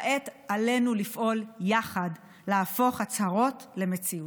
כעת עלינו לפעול יחד להפוך הצהרות למציאות.